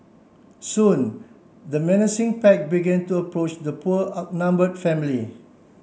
soon the menacing pack began to approach the poor outnumber family